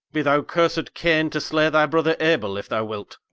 be thou cursed cain, to slay thy brother abel, if thou wilt